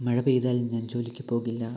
മഴ പെയ്താൽ ഞാൻ ജോലിക്ക് പോകില്ല